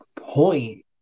point